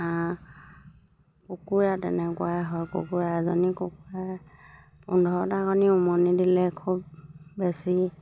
হাঁহ কুকুৰা তেনেকুৱাই হয় কুকুৰা এজনী কুকুৰা পোন্ধৰটা কণী উমনি দিলে খুব বেছি